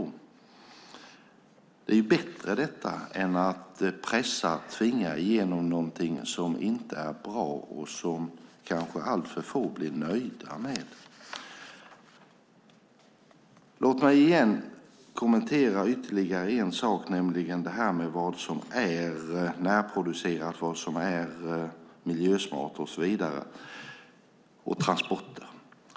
Detta är bättre än att pressa fram, tvinga igenom, någonting som inte är bra och som kanske alltför få blir nöjda med. Låt mig igen kommentera det här med vad som är närproducerat och vad som är miljösmart och så vidare men också transporterna.